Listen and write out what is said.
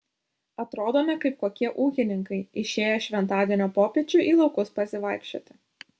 atrodome kaip kokie ūkininkai išėję šventadienio popiečiu į laukus pasivaikščioti